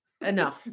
enough